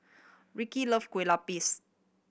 Ricki love Kueh Lupis